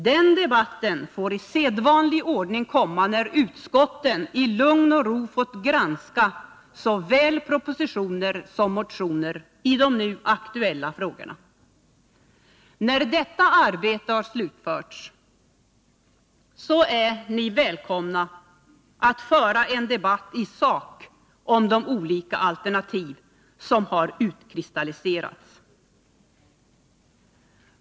Den debatten får i sedvanlig ordning komma när utskotten i lugn och ro har fått granska såväl propositioner som motioner i de nu aktuella frågorna. När detta arbete har slutförts är ni välkomna att föra en debatt i sak om de olika alternativ som har utkristalliserats.